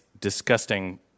disgusting